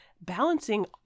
balancing